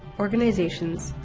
organizations,